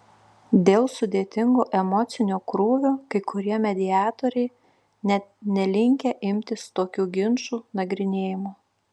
dėl sudėtingo emocinio krūvio kai kurie mediatoriai net nelinkę imtis tokių ginčų nagrinėjimo